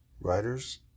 writers